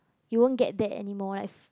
you won't get that anymore like f~